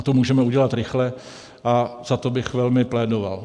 To můžeme udělat rychle a za to bych velmi plédoval.